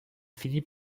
finit